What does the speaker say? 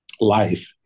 life